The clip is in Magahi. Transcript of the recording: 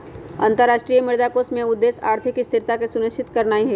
अंतरराष्ट्रीय मुद्रा कोष के उद्देश्य आर्थिक स्थिरता के सुनिश्चित करनाइ हइ